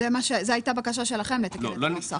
זה הייתה בקשה שלכם לתקן את הנוסח.